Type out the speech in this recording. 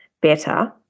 better